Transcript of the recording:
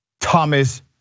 Thomas